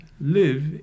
live